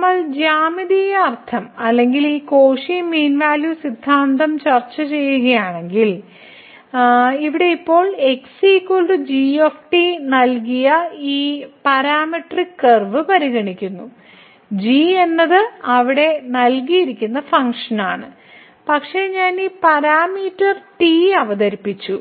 നമ്മൾ ജ്യാമിതീയ അർത്ഥം അല്ലെങ്കിൽ ഈ കോഷിയുടെ മീൻ വാല്യൂ സിദ്ധാന്തം ചർച്ച ചെയ്യുകയാണെങ്കിൽ ഇവിടെ ഇപ്പോൾ x g നൽകിയ ഈ പാരാമെട്രിക് കർവ് പരിഗണിക്കുന്നു g എന്നത് അവിടെ നൽകിയിരിക്കുന്ന ഫംഗ്ഷനാണ് പക്ഷേ ഞാൻ ഈ പാരാമീറ്റർ t അവതരിപ്പിച്ചു